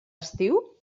estiu